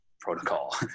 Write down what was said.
protocol